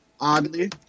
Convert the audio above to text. Oddly